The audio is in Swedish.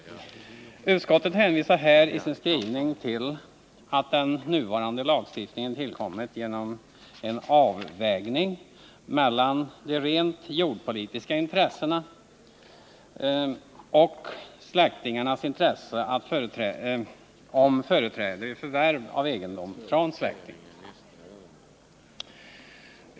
Utskottet hänvisar här i sin skrivning till att den nuvarande lagstiftningen tillkommit genom en avvägning mellan de rent jordpolitiska intressena och släktingarnas intresse av företräde vid förvärv av egendom från släkting.